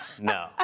no